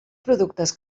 productes